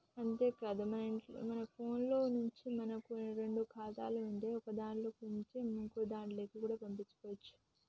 అంతేకాదు మన ఫోన్లో నుంచే మనకు రెండు ఖాతాలు ఉంటే ఒకదాంట్లో కేంచి ఇంకోదాంట్లకి కూడా పంపుకోవచ్చు